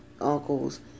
uncles